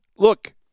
Look